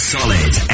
Solid